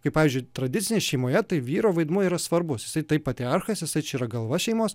kaip pavyzdžiui tradicinėje šeimoje tai vyro vaidmuo yra svarbus jisai tai patriarchas esą čia yra galva šeimos